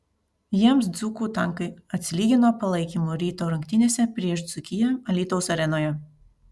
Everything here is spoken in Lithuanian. jiems dzūkų tankai atsilygino palaikymu ryto rungtynėse prieš dzūkiją alytaus arenoje